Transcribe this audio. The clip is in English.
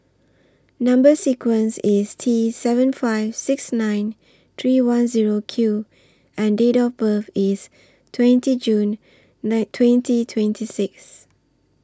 Number sequence IS T seven five six nine three one Zero Q and Date of birth IS twenty June twenty twenty six